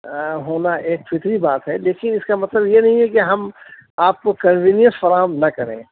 ہونا ایک فطری بات ہے لیکن اس کا مطلب یہ نہیں ہے کہ ہم آپ کو کنوینئس فراہم نہ کریں